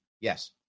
Yes